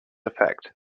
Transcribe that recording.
effect